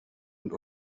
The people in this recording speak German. und